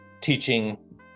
teaching